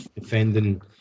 defending